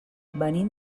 venim